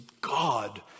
God